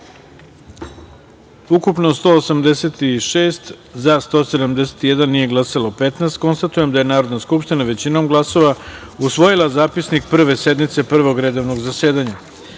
prisutno 186, za - 171, nije glasalo - 15.Konstatujem da je Narodna skupština većinom glasova usvojila Zapisnik Prve sednice Prvog redovnog zasedanja. Stavljam